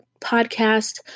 podcast